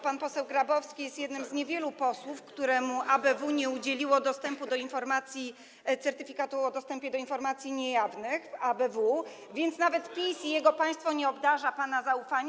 Pan poseł Grabowski jest jednym z niewielu posłów, któremu ABW nie udzieliło dostępu do informacji, certyfikatu o dostępie do informacji niejawnych ABW, więc nawet PiS i jego państwo nie obdarza pana zaufaniem.